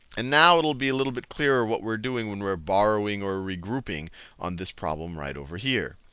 and now it'll be a little bit clearer what we're doing when we're borrowing or regrouping on this problem right over here.